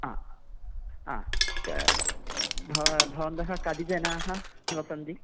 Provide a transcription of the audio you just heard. हा हा कथं भवन्तः कति जनाः निवसन्ति